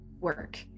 work